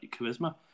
charisma